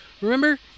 Remember